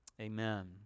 Amen